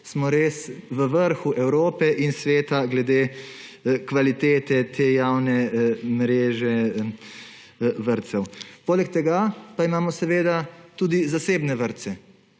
smo res v vrhu Evrope in sveta glede kvalitete te javne mreže vrtcev. Poleg tega pa imamo tudi zasebne vrtce,